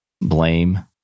blame